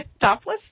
topless